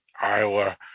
iowa